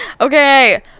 Okay